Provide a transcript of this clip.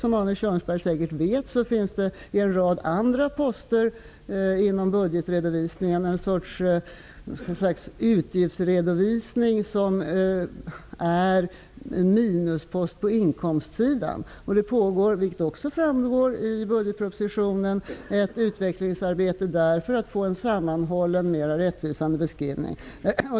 Som Arne Kjörnsberg säkert vet finns det inom budgeten som ett slags utgiftsredovisning en rad andra poster som är minusposter på inkomstsidan. Det pågår, vilket också framgår av budgetpropositionen, ett utvecklingsarbete där för att få en sammanhållen och mer rättvisande beskrivning.